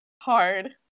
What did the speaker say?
Hard